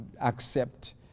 accept